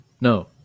no